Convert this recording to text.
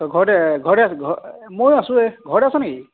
ঘৰতে ঘৰতে ঘৰ মইও আছোঁ এই ঘৰতে আছ নে কি